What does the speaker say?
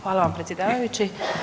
Hvala vam predsjedavajući.